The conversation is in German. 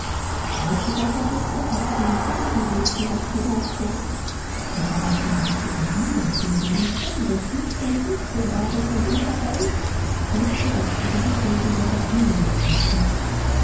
alles worauf er blickte hatte denselben rätselhaften ausdruck überall verbarg sich ein anderes leben ein fremdes nicht enträtselbares und überall lugte das beunruhigende geheimnis hervor